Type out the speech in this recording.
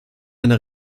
einer